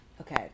Okay